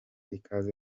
ikaze